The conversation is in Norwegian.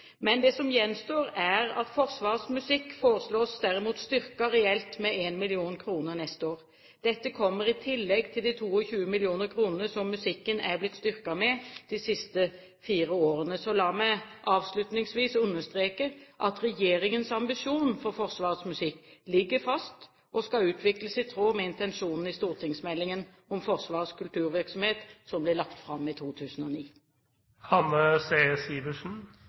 Men det som gjenstår, er at Forsvarets musikk foreslås styrket reelt med 1 mill. kr til neste år. Dette kommer i tillegg til de 22 mill. kr som musikken er blitt styrket med de siste fire årene. La meg avslutningsvis understreke at regjeringens ambisjon for Forsvarets musikk ligger fast og skal utvikles i tråd med intensjonene i stortingsmeldingen om Forsvarets kulturvirksomhet, som ble lagt fram i